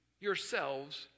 yourselves